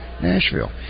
Nashville